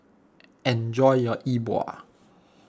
enjoy your E Bua